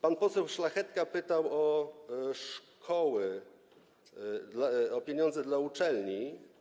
Pan poseł Szlachetka pytał o szkoły, o pieniądze dla uczelni.